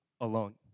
alone